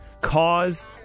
cause